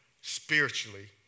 spiritually